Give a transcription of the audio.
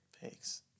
Thanks